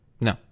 No